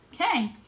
Okay